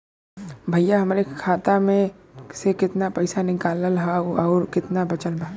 भईया हमरे खाता मे से कितना पइसा निकालल ह अउर कितना बचल बा?